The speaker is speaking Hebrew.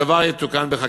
הדבר יתוקן בחקיקה.